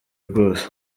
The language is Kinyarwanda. rwose